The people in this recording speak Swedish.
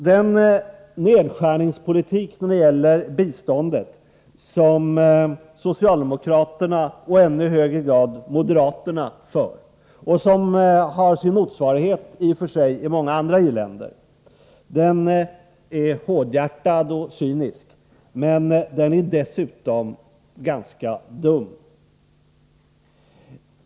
Den nedskärningspolitik när det gäller biståndet som socialdemokraterna och i ännu hög grad moderaterna för, och som i och för sig har sin motsvarighet i många andra i-länder, är hårdhjärtad och cynisk men dessutom ganska dum.